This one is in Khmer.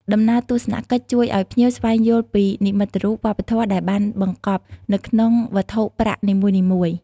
ដំណើរទស្សនកិច្ចជួយឱ្យភ្ញៀវស្វែងយល់ពី និមិត្តរូប វប្បធម៌ដែលបានបង្កប់នៅក្នុងវត្ថុប្រាក់នីមួយៗ។